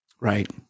right